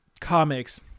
comics